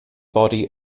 body